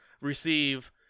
receive